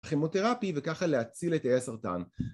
כימותרפי וככה להציל את תאי הסרטן